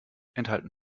enthalten